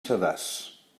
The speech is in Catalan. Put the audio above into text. sedàs